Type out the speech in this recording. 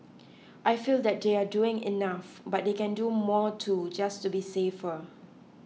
I feel that they are doing enough but they can do more too just to be safer